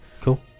cool